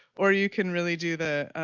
or you can really do the